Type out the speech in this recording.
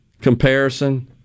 comparison